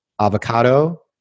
avocado